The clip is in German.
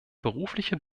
berufliche